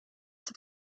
have